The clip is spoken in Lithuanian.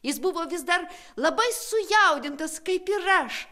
jis buvo vis dar labai sujaudintas kaip ir aš